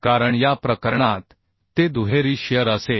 कारण या ठिकाणी ते दुहेरी शिअर असेल